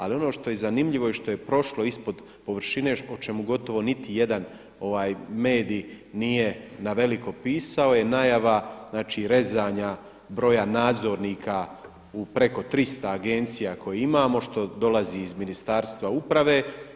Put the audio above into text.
Ali ono što je zanimljivo i što je prošlo ispod površine o čemu gotovo niti jedan medij nije na veliko pisao je najava, znači rezanja broja nadzornika u preko 300 agencija koje imamo što dolazi iz Ministarstva uprave.